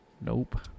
Nope